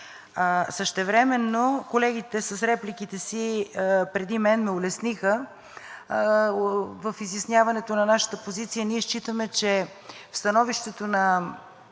Същевременно колегите с репликите си преди мен ме улесниха в изясняването на нашата позиция. Ние считаме, че в становището на